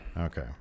Okay